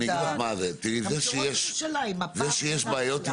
אני אגיד לך מה: זה שיש בעיות עם